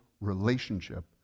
relationship